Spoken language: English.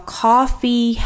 coffee